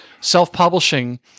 self-publishing